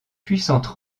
puissantes